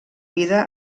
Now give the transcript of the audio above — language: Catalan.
vida